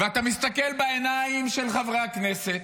ואתה מסתכל בעיניים של חברי הכנסת.